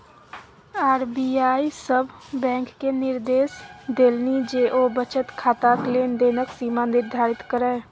RBI सभ बैंककेँ निदेर्श देलनि जे ओ बचत खाताक लेन देनक सीमा निर्धारित करय